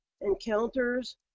encounters